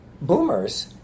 boomers